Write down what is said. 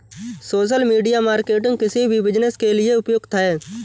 social media marketing किसी भी business के लिए उपयुक्त है